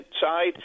side